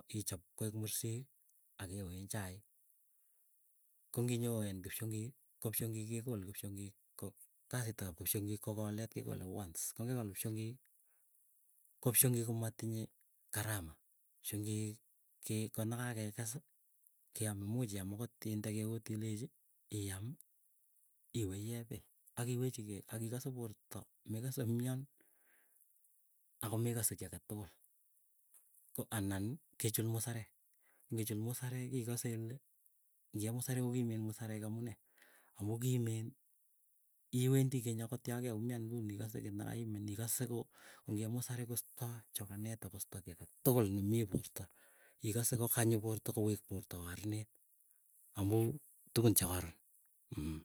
akichop koek mursik. akeyoen chaik. Ko nginyoin kipsyongik ko psyongik kekole kipsyongik ko kolet kekole once kongekol kipsyongik, ko pyongii komatinyei karama kisyongik gee go negageges keamei imuch inde agot geut ilechi iam iwe iyee bek agiwechigei agigase borto megose gomnyan ago megase giy age tugul. go anan gechul. Musarek. ngechul musarek igase ile ngii eeeh musarek igase ile gimen musarek amu nee, amu gimen iwendi geny agot ya geumian inguny igase giy neiimin igase go ngieeh musarek goistoi choganet ago istoi giy agetugul ne mii borto, igase gogawek borto gorararanit amuu tugun chegaroron mmh.